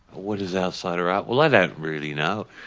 what is outsider art? well i don't really know.